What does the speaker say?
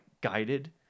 guided